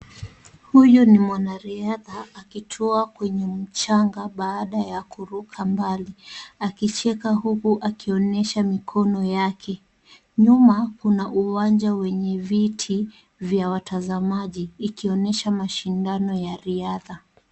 Huyu ni mwanariadha akitua kwenye mchanga baada ya kuruka mbali, akicheka huku akionyesha mikono yake. Nyuma kuna uwanja wenye viti vya watazamaji ikionyesha mashidano ya riadha.